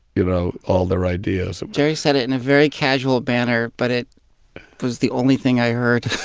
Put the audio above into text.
you know, all their ideas so jerry said it in a very casual banter, but it was the only thing i heard